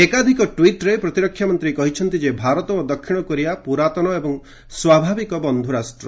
ଏକାଧିକ ଟ୍ୱିଟ୍ରେ ପ୍ରତିରକ୍ଷାମନ୍ତ୍ରୀ କହିଛନ୍ତି ଯେ ଭାରତ ଓ ଦକ୍ଷିଣ କୋରିଆ ପୁରାତନ ଏବଂ ସ୍ୱାଭାବିକ ବନ୍ଧୁରାଷ୍ଟ୍ର